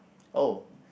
oh